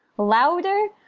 louder?